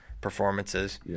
performances